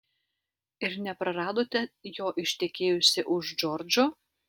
ir nepraradote jo ištekėjusi už džordžo